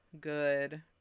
good